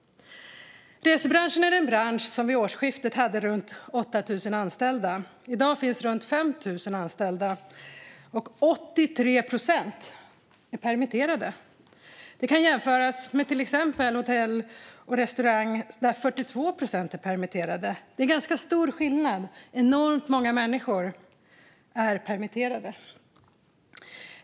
Resebranschen hade vid årsskiftet runt 8 000 anställda. I dag är de anställda runt 5 000, och 83 procent är permitterade. Det kan jämföras med till exempel hotell och restaurangbranschen där 42 procent är permitterade. Det är en ganska stor skillnad. Enormt många människor är permitterade.